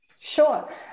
Sure